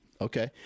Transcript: okay